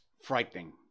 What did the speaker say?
frightening